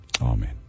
Amen